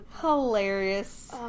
Hilarious